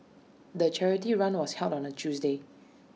the charity run was held on A Tuesday